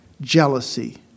jealousy